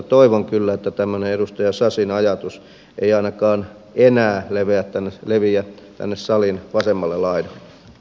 toivon kyllä että tämmöinen edustaja sasin ajatus ei ainakaan enää leviä tänne salin vasemmalla it a